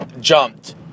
jumped